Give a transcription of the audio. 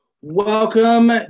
Welcome